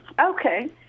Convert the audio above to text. Okay